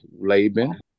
Laban